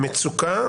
מצוקה,